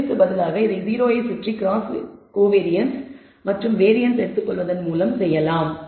மீன் இற்கு பதிலாக அதை 0 ஐ சுற்றி கிராஸ் கோவேரியன்ஸ் மற்றும் வேரியன்ஸ் எடுத்துக்கொள்வதன் மூலம் செய்யலாம்